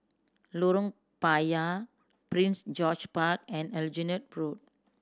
Lorong Payah Prince George Park and Aljunied Road